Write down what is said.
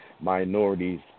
minorities